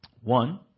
one